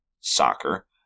Soccer